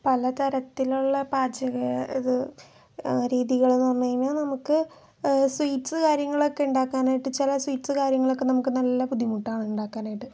പലതരത്തിലുള്ള പാചക ഇത് രീതികളെന്ന് പറഞ്ഞ് കഴിഞ്ഞാൽ നമുക്ക് സ്വീറ്റ്സ് കാര്യങ്ങളൊക്കെ ഉണ്ടാക്കാനായിട്ട് ചില സ്വീറ്റ്സ് കാര്യങ്ങളൊക്കെ നമുക്ക് നല്ല ബുദ്ധിമുട്ടാണ് ഉണ്ടാക്കാനായിട്ട്